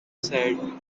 said